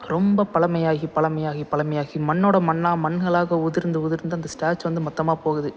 ரொம்ப பழமையாகி பழமையாகி பழமையாகி மண்ணோடு மண்ணாக மண்களாக உதிர்ந்து உதிர்ந்து அந்த ஸ்டேச்சு வந்து மொத்தமாக போகுது